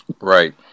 right